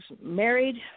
married